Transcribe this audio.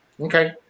Okay